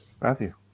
Matthew